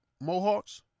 mohawks